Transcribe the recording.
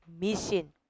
Mission